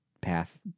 path